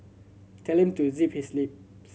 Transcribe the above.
tell him to zip his lip